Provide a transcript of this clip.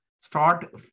start